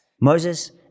Moses